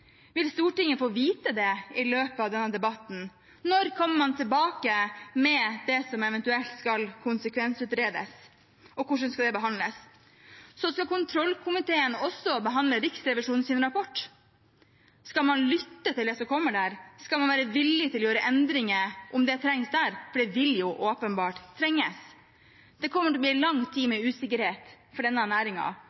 Vil Stortinget få vite det i løpet av denne debatten? Når kommer man tilbake med det som eventuelt skal konsekvensutredes, og hvordan skal det behandles? Og så skal kontrollkomiteen også behandle Riksrevisjonens rapport. Skal man lytte til det som kommer der? Skal man være villig til å gjøre endringer om det trengs, for det vil jo åpenbart trenges. Det kommer til å bli en lang tid